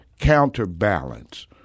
counterbalance